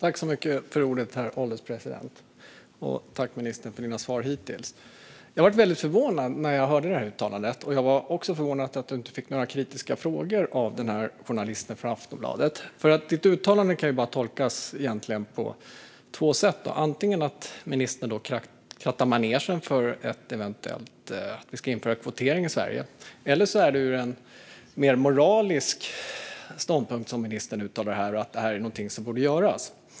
Herr ålderspresident! Tack, ministern, för dina svar hittills! Jag blev väldigt förvånad när jag hörde uttalandet. Jag blev också förvånad över att du inte fick några kritiska frågor av journalisten på Aftonbladet. Ditt uttalande kan ju egentligen bara tolkas på två sätt. Antingen krattar ministern manegen för att eventuellt införa kvotering i Sverige, eller så är det mer av en moralisk ståndpunkt som ministern uttalar, att det är någonting som borde göras.